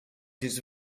his